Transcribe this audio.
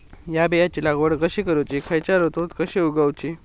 हया बियाची लागवड कशी करूची खैयच्य ऋतुत कशी उगउची?